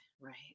right